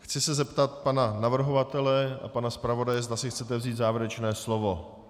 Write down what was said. Chci se zeptat pana navrhovatele a pana zpravodaje, zda si chcete vzít závěrečné slovo.